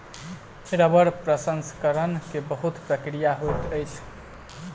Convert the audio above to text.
रबड़ प्रसंस्करण के बहुत प्रक्रिया होइत अछि